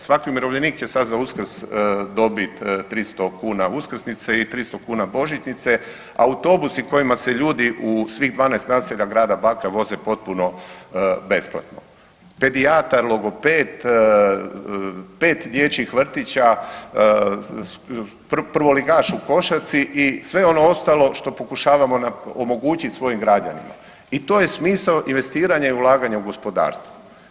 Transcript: Svaki umirovljenik će sad za Uskrs dobit 300 kuna uskrsnice i 300 kuna božićnice, autobusi kojima se ljudi u svih 12 naselja grada Bakra voze potpuno besplatno, pedijatar, logoped, 5 dječjih vrtića, prvoligaš u košarci i sve ono ostalo što pokušavamo omogućit svojim građanima i to je smisao investiranja i ulaganja u gospodarstvo.